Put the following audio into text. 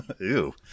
ew